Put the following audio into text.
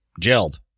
gelled